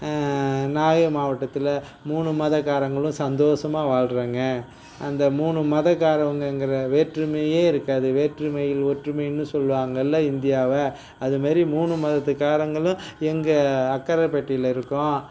நாகை மாவட்டத்தில் மூணு மத காரங்களும் சந்தோசமாக வாழ்றோங்க அந்த மூணு மத காரவுங்கங்கிற வேற்றுமையே இருக்காது வேற்றுமையில் ஒற்றுமைன்னு சொல்லுவாங்களில் இந்தியாவை அது மாரி மூணு மதத்து காரங்களும் எங்கள் அக்கரப்பட்டியில இருக்கோம்